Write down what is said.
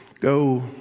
go